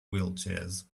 wheelchairs